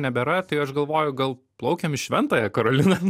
nebėra tai aš galvoju gal plaukiam į šventąją karolina